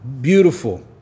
beautiful